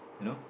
you know